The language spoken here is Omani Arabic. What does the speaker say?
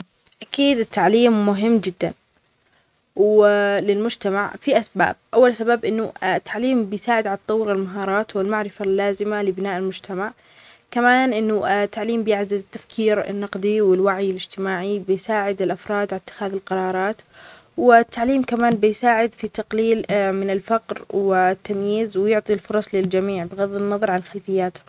أكيد التعليم مهم جداً. و للمجتمع فيه أسباب. أول سبب إنه التعليم بيساعد على تطورمهارات والمعرفة اللازمة لبناء المجتمع. كمان إنه التعليم بيعزز التفكير النقدي والوعي الاجتماعي بيساعد الأفراد على اتخاذ القرارات. والتعليم كمان بيساعد في تقليل من الفقر والتمييز ويعطي الفرص للجميع بغض النظر على الخلفيات.